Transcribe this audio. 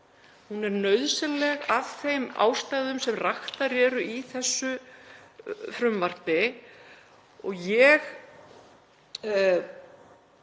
Hún er nauðsynleg af þeim ástæðum sem raktar eru í þessu frumvarpi. Ég,